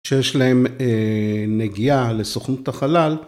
כשיש להם נגיעה לסוכנות החלל.